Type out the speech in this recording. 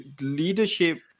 leadership